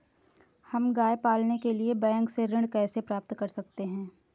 हम गाय पालने के लिए बैंक से ऋण कैसे प्राप्त कर सकते हैं?